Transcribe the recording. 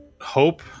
Hope